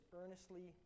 earnestly